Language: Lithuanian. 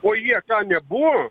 o jie ką nebuvo